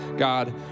God